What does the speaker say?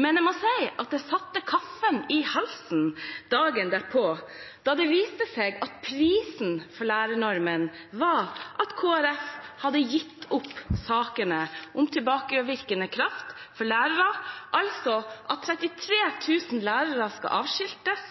Men jeg må si at jeg satte kaffen i halsen dagen derpå, da det viste seg at prisen for lærernormen var at Kristelig Folkeparti hadde gitt opp sakene om tilbakevirkende kraft for lærerne, altså at 33 000 lærere skal avskiltes,